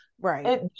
Right